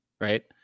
right